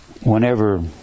whenever